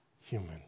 human